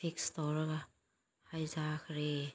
fix ꯇꯧꯔꯒ ꯍꯥꯏꯖꯈ꯭ꯔꯦ